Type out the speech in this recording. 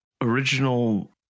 original